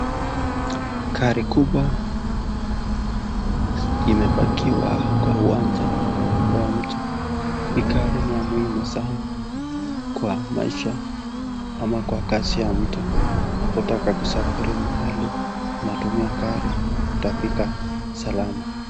Gari kubwa imepakiwa kwa uwanja wa mtu. Hii gari ni ya muhimu sana kwa maisha ama kwa kazi ya mtu. Unapotaka kusafiri mahali unatumia gari utafika salama.